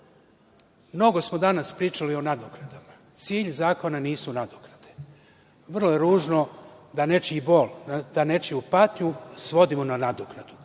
nas. Mnogo smo danas pričali o nadoknadama. Cilj zakona nisu nadoknade. Vrlo je ružno da nečiji bol, da nečiju patnju svodimo na nadoknadu.